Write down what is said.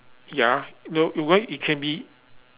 ya no if you want it can be